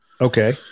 okay